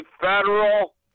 federal